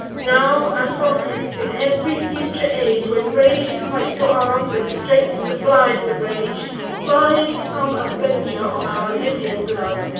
now, and from hence, in ev'ry future age, when rage excites your arms, and strength supplies the rage rise some avenger of our libyan blood,